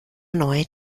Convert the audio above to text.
neue